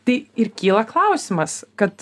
tai ir kyla klausimas kad